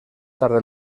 tarde